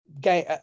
game